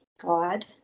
God